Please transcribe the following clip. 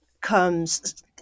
comes